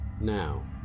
Now